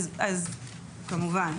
כמובן.